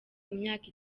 imyaka